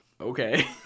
okay